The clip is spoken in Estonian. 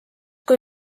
kui